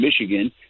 Michigan